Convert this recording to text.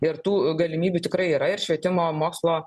ir tų galimybių tikrai yra ir švietimo mokslo